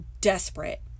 desperate